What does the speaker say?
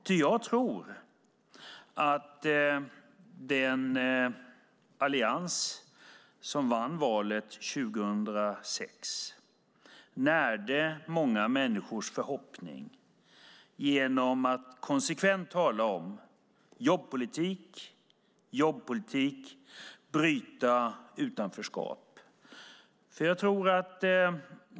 Ty jag tror att den allians som vann valet 2006 närde många människors förhoppningar genom att konsekvent tala om jobbpolitik, jobbpolitik och att bryta utanförskap.